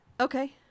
Okay